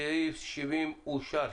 סעיף 70 אושר.